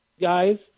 guys